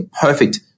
perfect